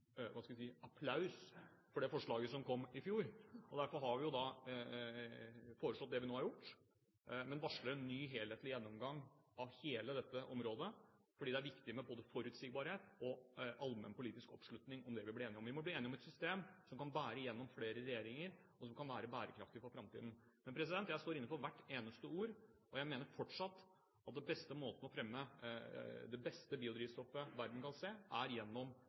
hva skal en si – full applaus for det forslaget som kom i fjor. Derfor har vi foreslått det vi nå har gjort, men varsler en ny helhetlig gjennomgang av hele dette området, fordi det er viktig med både forutsigbarhet og allmenn politisk oppslutning om det vi blir enige om. Vi må bli enige om et system som kan bære gjennom flere regjeringer, som kan være bærekraftig i framtiden. Men jeg står inne for hvert eneste ord. Jeg mener fortsatt at den beste måten å fremme det beste biodrivstoffet verden kan se, på, er gjennom